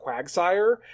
Quagsire